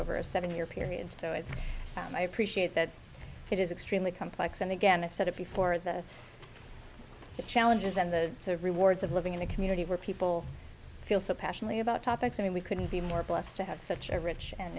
over a seven year period so i found i appreciate that it is extremely complex and again i've said it before the the challenges and the rewards of living in a community where people feel so passionately about topics i mean we couldn't be more blessed to have such a rich and